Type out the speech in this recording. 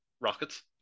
rockets